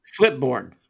Flipboard